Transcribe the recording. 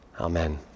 Amen